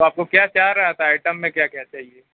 آپ کو کیا چاہ رہا تھا آئٹم میں کیا کیا چاہئے